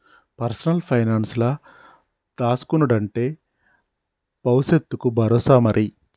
personal పైనాన్సుల దాస్కునుడంటే బవుసెత్తకు బరోసా మరి